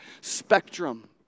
spectrum